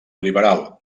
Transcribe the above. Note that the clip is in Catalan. liberal